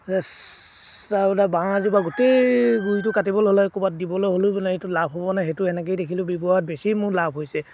যে চাউল বাঁহ এজোপা গোটেই গুড়িটো কাটিবলৈ হ'লে ক'ৰবাত দিবলৈ হ'লেও মানে সেইটো লাভ হ'ব নাই সেইটো তেনেকেই দেখিলোঁ ব্যৱহাৰত বেছি মোৰ লাভ হৈছে